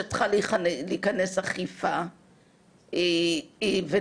אני חושבת צריכה להיכנס אכיפה ודחוף,